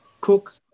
Cook